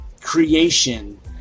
creation